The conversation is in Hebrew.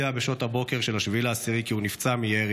בשעות הבוקר של 7 באוקטובר ליאור הספיק להודיע כי הוא נפצע מירי,